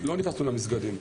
לא נכנסנו למסגדים.